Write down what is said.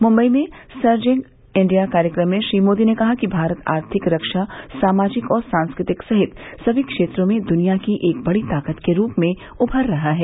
मुम्बई में surging India कार्यक्रम में श्री मोदी ने कहा कि भारत आर्थिक रक्षा सामाजिक और सांस्कृतिक सहित समी क्षेत्रों में दृनिया की एक बड़ी ताकत के रूप में उमर रहा है